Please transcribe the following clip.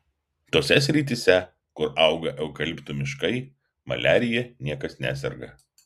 tose srityse kur auga eukaliptų miškai maliarija niekas neserga